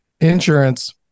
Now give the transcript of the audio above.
insurance